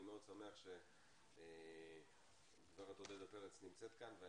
אני מאוד שמח שגברת עודדה פרץ נמצאת כאן.